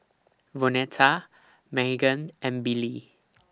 Vonetta Meghan and Billie